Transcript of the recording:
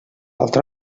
altre